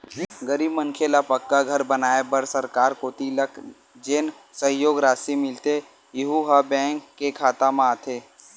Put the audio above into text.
गरीब मनखे ल पक्का घर बनवाए बर सरकार कोती लक जेन सहयोग रासि मिलथे यहूँ ह बेंक के खाता म आथे